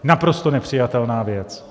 Naprosto nepřijatelná věc!